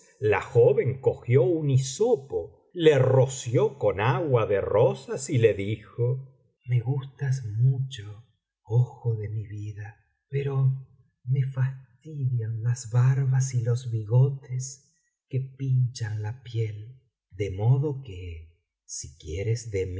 la joven cogió un hisopo le roció con agua de rosas y le dijo me gustas mucho ojo de mi vida pero me fastidian las barbas y los bigotes que pinchan la piel de modo que si quieres